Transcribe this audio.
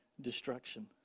destruction